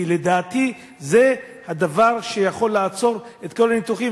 כי לדעתי, זה הדבר שיכול לעצור את כל הניתוחים.